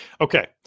Okay